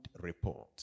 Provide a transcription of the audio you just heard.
report